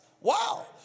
Wow